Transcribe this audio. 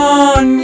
on